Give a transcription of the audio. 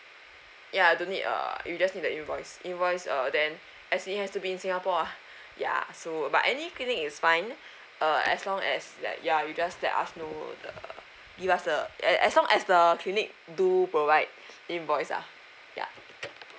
ya don't need err you just need the invoice invoice uh then as in it has to be in singapore ah ya so but any clinic is fine uh as long as like ya you just let us know the give us the as long as the clinic do provide invoice lah ya